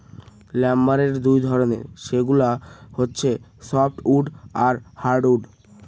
লাম্বারের দুই ধরনের, সেগুলা হচ্ছে সফ্টউড আর হার্ডউড